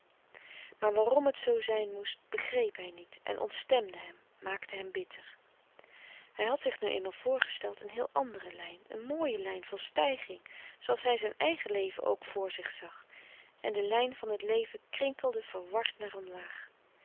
maar waarom het zoo zijn moest begreep hij niet en ontstemde hem maakte hem bitter hij had zich nu eenmaal voorgesteld een heel andere lijn een mooie lijn van stijging zooals hij zijn eigen leven ook voor zich zag en de lijn van het leven krinkelde verward naar omlaag